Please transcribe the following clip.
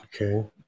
okay